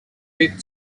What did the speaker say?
with